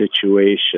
situation